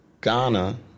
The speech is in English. Ghana